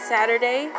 Saturday